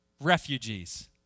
refugees